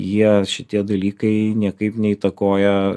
jie šitie dalykai niekaip neįtakoja